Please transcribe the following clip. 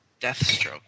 Deathstroke